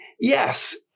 yes